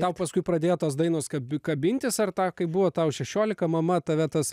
tau paskui pradėjo tos dainos kabi kabintis ar tą kai buvo tau šešiolika mama tave tas